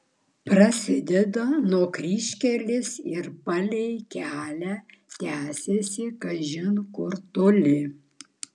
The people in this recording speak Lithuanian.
prasideda nuo kryžkelės ir palei kelią tęsiasi kažin kur toli